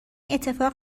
اتفاق